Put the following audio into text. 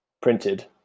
printed